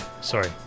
Sorry